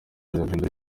guhindura